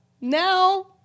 Now